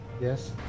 Yes